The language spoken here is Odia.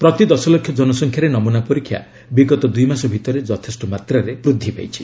ପ୍ରତି ଦଶଲକ୍ଷ ଜନସଂଖ୍ୟାରେ ନମୁନା ପରୀକ୍ଷା ବିଗତ ଦୁଇମାସ ଭିତରେ ଯଥେଷ୍ଟ ମାତ୍ରାରେ ବୃଦ୍ଧି ପାଇଛି